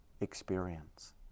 experience